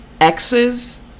x's